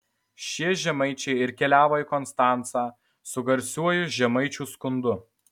šie žemaičiai ir keliavo į konstancą su garsiuoju žemaičių skundu